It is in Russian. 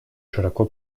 широко